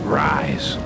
rise